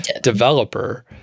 developer